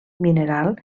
mineral